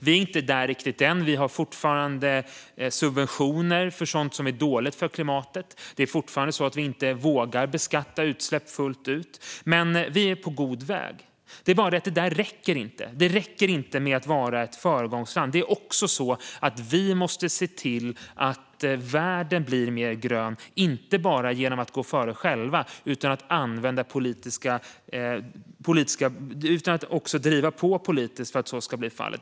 Vi är inte där riktigt än; vi har fortfarande subventioner för sådant som är dåligt för klimatet, och vi vågar fortfarande inte beskatta utsläpp fullt ut. Men vi är på god väg. Det är bara det att det inte räcker. Det räcker inte att vara ett föregångsland. Vi måste också se till att världen blir mer grön, inte bara genom att gå före själva utan också genom att driva på politiskt för att så ska bli fallet.